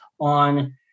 on